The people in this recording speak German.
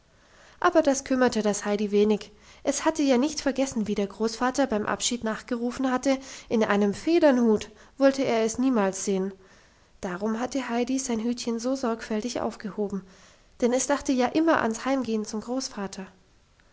aber das kümmerte das heidi wenig es hatte ja nicht vergessen wie der großvater beim abschied nachgerufen hatte in einem federnhut wolle er es niemals sehen darum hatte heidi sein hütchen so sorgfältig aufgehoben denn es dachte ja immer ans heimgehen zum großvater